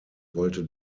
wollte